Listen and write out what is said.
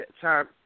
time